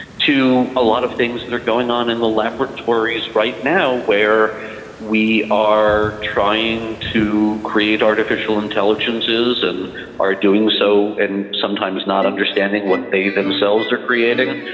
to a lot of things that are going on in the laboratories right now where we are trying to create artificial intelligences and are doing so and sometimes not understanding what they themselves are creating.